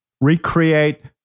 Recreate